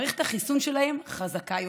מערכת החיסון שלהם חזקה יותר,